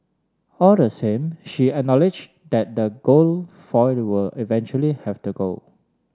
all the same she acknowledge that the gold foiled will eventually have to go